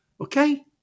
Okay